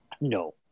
No